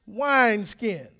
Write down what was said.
wineskins